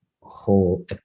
whole